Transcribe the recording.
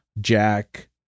Jack